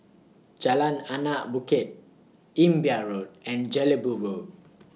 Jalan Anak Bukit Imbiah Road and Jelebu Road